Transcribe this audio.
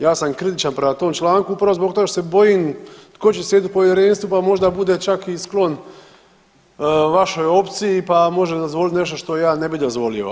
Ja sam kritičan prema tom članku upravo zbog toga što se bojim tko će sjediti u povjerenstvu pa možda bude čak i sklon vašoj opciji pa može dozvoliti nešto što ja ne bi dozvolio.